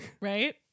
Right